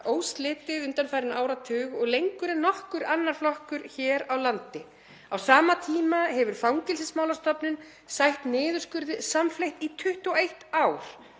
óslitið undanfarinn áratug og lengur en nokkur annar flokkur hér á landi. Á sama tíma hefur Fangelsismálastofnun sætt niðurskurði samfleytt í 21 ár.